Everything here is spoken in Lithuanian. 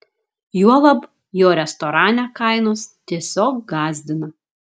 juolab jo restorane kainos tiesiog gąsdina